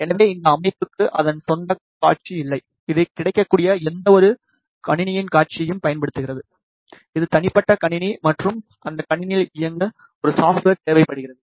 எனவே இந்த அமைப்புக்கு அதன் சொந்த காட்சி இல்லை இது கிடைக்கக்கூடிய எந்தவொரு கணினியின் காட்சியையும் பயன்படுத்துகிறது இது தனிப்பட்ட கணினி மற்றும் அந்த கணினியில் இயங்க ஒரு சாப்ட்வேர் தேவைப்படுகிறது